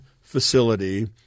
facility